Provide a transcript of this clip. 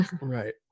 right